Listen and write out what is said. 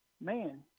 man